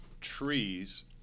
trees